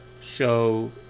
show